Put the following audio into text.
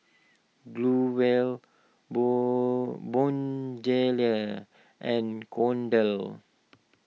Growell Bone Moon and Kordel's